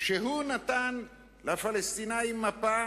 שהוא נתן לפלסטינים מפה,